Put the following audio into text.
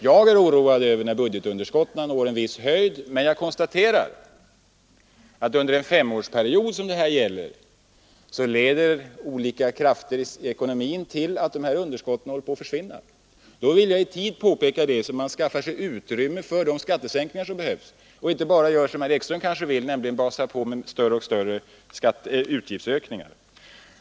Jag är oroad när budgetunderskotten når en viss höjd, men jag konstaterar att under den femårsperiod som det här gäller leder olika krafter i ekonomin till att underskotten gradvis minskar. Då vill jag i tid påpeka det, så att man skaffar sig utrymme för de skattesänkningar som behövs och inte bara gör som herr Ekström kanske vill, nämligen basar på med större och större utgiftsökningar.